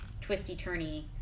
twisty-turny